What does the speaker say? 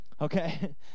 Okay